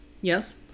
Yes